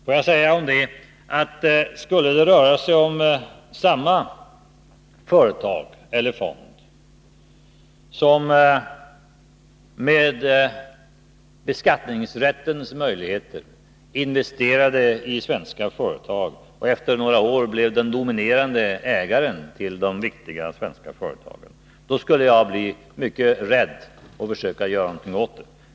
— Får jag säga om det: Skulle det röra sig om samma företag eller fond, som med beskattningsrättens möjligheter investerade i svenska företag och efter några år blev den dominerande ägaren till de viktigare svenska företagen, då skulle jag bli mycket rädd och försöka göra något åt det.